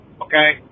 okay